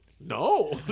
No